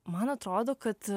man atrodo kad